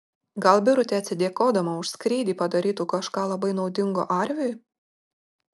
gal birutė atsidėkodama už skrydį padarytų kažką labai naudingo arviui